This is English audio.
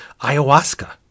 ayahuasca